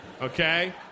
Okay